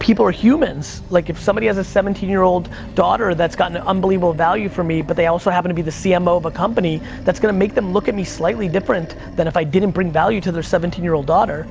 people are humans. like, if somebody has a seventeen year old daughter that's gotten unbelievable value from me, but they also happen to be the cmo of a company, that's gonna make them look at me slightly different than if i didn't bring value to their seventeen year old daughter.